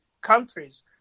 countries